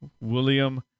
William